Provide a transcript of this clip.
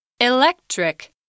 Electric